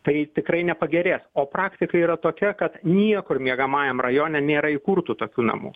tai tikrai nepagerės o praktika yra tokia kad niekur miegamajam rajone nėra įkurtų tokių namų